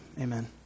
Amen